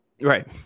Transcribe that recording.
right